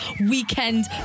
weekend